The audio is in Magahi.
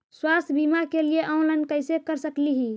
स्वास्थ्य बीमा के लिए ऑनलाइन कैसे कर सकली ही?